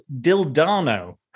Dildano